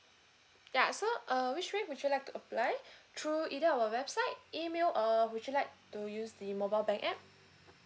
ya so uh which way would you like to apply through either our website email or would you like to use the mobile bank app